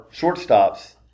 shortstops